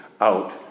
out